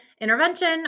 intervention